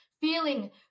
feeling